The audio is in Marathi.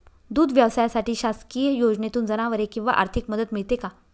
दूध व्यवसायासाठी शासकीय योजनेतून जनावरे किंवा आर्थिक मदत मिळते का?